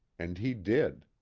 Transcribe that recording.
and he did.